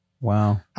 wow